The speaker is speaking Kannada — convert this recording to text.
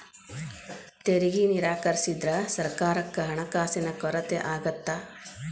ತೆರಿಗೆ ನಿರಾಕರಿಸಿದ್ರ ಸರ್ಕಾರಕ್ಕ ಹಣಕಾಸಿನ ಕೊರತೆ ಆಗತ್ತಾ